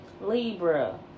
Libra